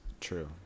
true